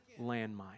landmine